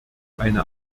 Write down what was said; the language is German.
einer